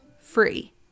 free